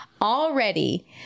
already